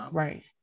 right